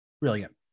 brilliant